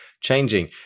changing